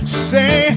say